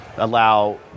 allow